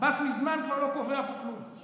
עבאס מזמן כבר לא קובע פה כלום.